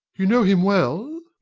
you know him well?